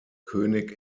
könig